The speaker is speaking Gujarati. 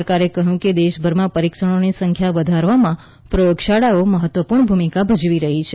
સરકારે કહ્યું છે કે દેશભરમાં ટેસ્ટની સંખ્યા વધારવામાં પ્રયોગશાળાઓ મહત્વની ભૂમિકા ભજવી રહી છે